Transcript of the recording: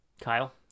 Kyle